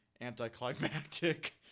anticlimactic